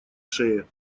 шее